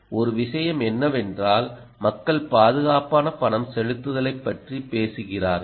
ஒரு விஷயம் என்னவென்றால் மக்கள் பாதுகாப்பான பணம் செலுத்துதலைப் பற்றி பேசுகிறார்கள்